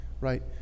Right